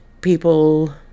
people